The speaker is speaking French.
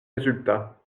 résultats